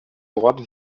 droite